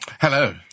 Hello